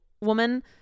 woman